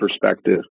perspective